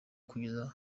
kugeza